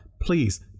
Please